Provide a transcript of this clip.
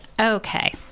Okay